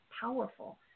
powerful